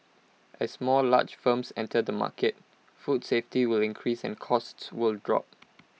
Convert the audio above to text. as more large firms enter the market food safety will increase and costs will drop